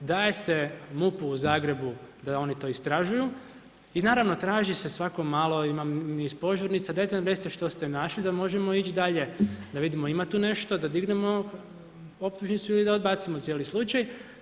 da je se MUP-u u Zagrebu, da oni to istražuju i naravno traži se svako malo, imam niz požurnica, dajte nam redite što smo našli, da možemo ići dalje, da vidimo ima tu nešto, da dignemo optužnicu ili da odbacimo cijeli slučaj.